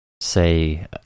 say